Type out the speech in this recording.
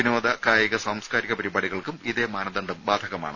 വിനോദ കായിക സാംസ്കാരിക പരിപാടികൾക്കും ഇതേ മാനദണ്ഡം ബാധകമാണ്